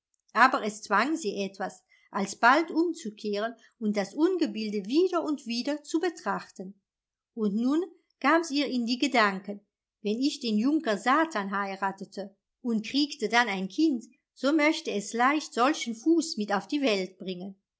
aber es zwang sie etwas alsbald umzukehren und das ungebilde wieder und wieder zu betrachten und nun kam's ihr in die gedanken wenn ich den junker satan heiratete und kriegte dann ein kind so möchte es leicht solchen fuß mit auf die welt bringen